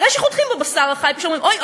אחרי שחותכים בבשר החי אומרים: אוי,